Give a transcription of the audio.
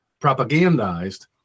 propagandized